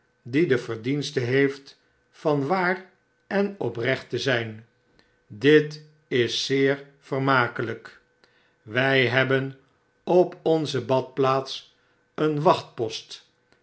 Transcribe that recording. die de verdienste heeft van waar en oprecht te zijn dit is zeer vermakelijk wij hebben op onze badplaats een